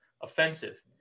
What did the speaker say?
offensive